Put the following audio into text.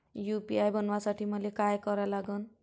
UPI बनवासाठी मले काय करा लागन?